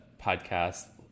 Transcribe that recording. podcast